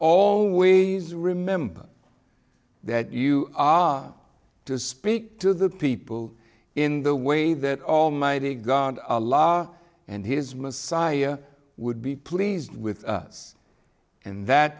all ways remember that you are to speak to the people in the way that almighty god allows and his messiah would be pleased with us and that